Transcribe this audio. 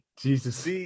Jesus